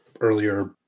earlier